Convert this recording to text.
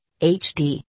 HD